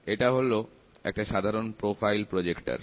এটা হল একটা সাধারণ প্রোফাইল প্রজেক্টর